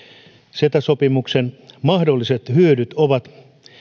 ceta sopimuksen mahdolliset hyödyt ovat